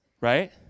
right